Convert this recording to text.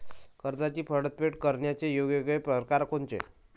कर्जाची परतफेड करण्याचे वेगवेगळ परकार कोनचे?